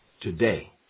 today